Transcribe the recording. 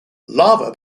lava